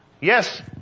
Yes